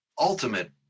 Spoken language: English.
ultimate